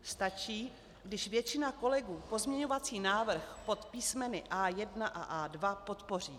Stačí, když většina kolegů pozměňovací návrh pod písmeny A1 a A2 podpoří.